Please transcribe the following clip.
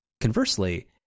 conversely